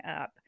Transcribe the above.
up